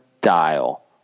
Dial